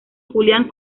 julián